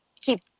keep